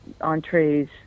entrees